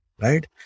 right